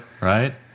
right